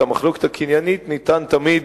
את המחלוקת העניינית ניתן תמיד